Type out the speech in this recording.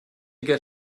get